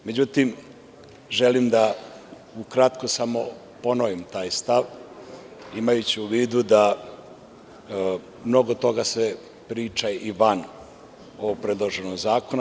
Međutim, želim da ukratko samo ponovim taj stav, imajući u vidu da se mnogo toga priča i van ovog predloženog zakona.